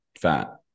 fat